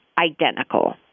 identical